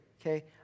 okay